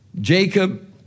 Jacob